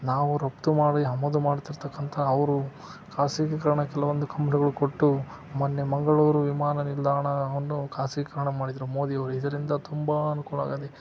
ನಾವು ರಫ್ತು ಮಾಡಿ ಆಮದು ಮಾಡ್ತಿರತಕ್ಕಂಥ ಅವರು ಖಾಸಗೀಕರಣ ಕೆಲವೊಂದು ಕಂಪ್ನಿಗಳಿಗೆ ಕೊಟ್ಟು ಮೊನ್ನೆ ಮಂಗಳೂರು ವಿಮಾನ ನಿಲ್ದಾಣವನ್ನು ಖಾಸಗೀಕರಣ ಮಾಡಿದರು ಮೋದಿಯವರು ಇದರಿಂದ ತುಂಬ ಅನುಕೂಲ ಆಗಿದೆ